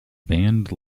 band